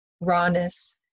rawness